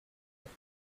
with